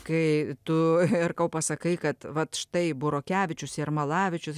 kai tu herkau pasakai kad vat štai burokevičius jermalavičius